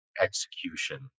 execution